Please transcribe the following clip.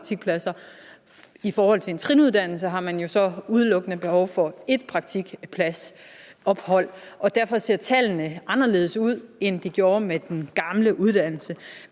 i forhold til en trinuddannelse, har man jo så udelukkende behov for et praktikpladsophold. Derfor ser tallene anderledes ud, end de gjorde med den gamle uddannelse.